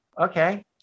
okay